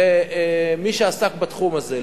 ומי שעסק בתחום הזה,